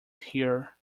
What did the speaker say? here